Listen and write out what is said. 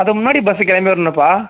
அப்போ முன்னாடி பஸ்சுக்கு கிளம்பி வரணும்ப்பா